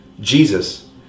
Jesus